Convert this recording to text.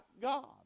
God